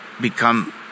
Become